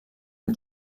als